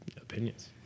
opinions